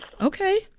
Okay